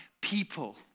people